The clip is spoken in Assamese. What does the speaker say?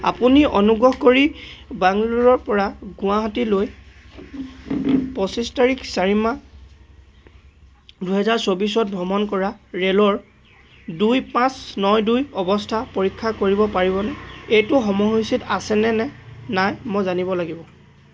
আপুনি অনুগ্ৰহ কৰি বাংগালোৰৰপৰা গুৱাহাটীলৈ পঁচিছ তাৰিখ চাৰি মাহ দুহেজাৰ চৌবিছত ভ্ৰমণ কৰা ৰে'লৰ দুই পাঁচ ন দুই অৱস্থা পৰীক্ষা কৰিব পাৰিবনে এইটো সময়সূচীত আছে নে নাই মই জানিব লাগিব